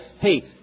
Hey